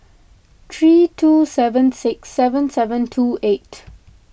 three two seven six seven seven two eight